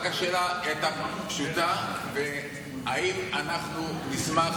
רק שאלה פשוטה: האם אנחנו נשמח,